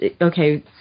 okay